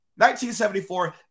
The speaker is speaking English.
1974